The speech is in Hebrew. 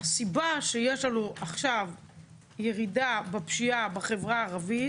הסיבה שיש לנו עכשיו ירידה בפשיעה בחברה הערבית